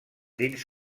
dins